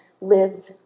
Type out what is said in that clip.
live